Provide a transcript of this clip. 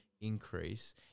increase